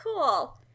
Cool